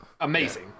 amazing